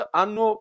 hanno